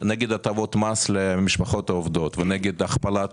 הטבות מס למשפחות העובדות ונגד הכפלת